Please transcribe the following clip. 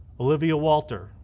olivia walter,